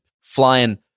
flying